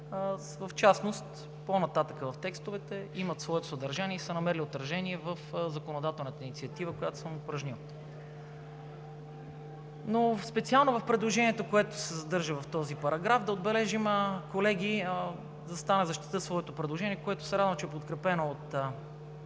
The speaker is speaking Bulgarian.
в частност, по-нататък в текстовете имат своето съдържание и са намерили отражение в законодателната инициатива, която съм упражнил… Но специално в предложението, което се съдържа в този параграф, да отбележим, колеги – заставам в защита на своето предложение, което се радвам, че е подкрепено от